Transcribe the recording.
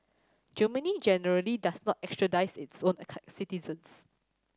Germany generally does not extradite its own citizens